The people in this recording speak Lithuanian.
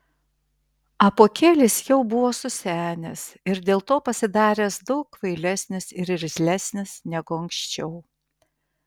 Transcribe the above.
apuokėlis jau buvo susenęs ir dėl to pasidaręs daug kvailesnis ir irzlesnis negu anksčiau